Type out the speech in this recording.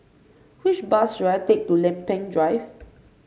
which bus should I take to Lempeng Drive